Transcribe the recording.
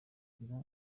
shyira